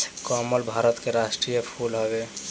कमल भारत के राष्ट्रीय फूल हवे